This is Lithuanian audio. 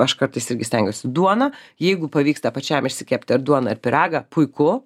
aš kartais irgi stengiuosi duoną jeigu pavyksta pačiam išsikepti ar duoną ar pyragą puiku